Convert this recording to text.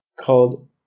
called